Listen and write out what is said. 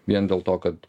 vien dėl to kad